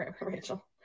Rachel